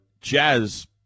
Jazz